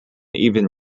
even